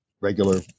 regular